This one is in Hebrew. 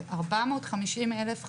לארבע מאות חמישים אלף,